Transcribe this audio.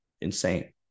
insane